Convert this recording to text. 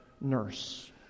nurse